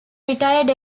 retired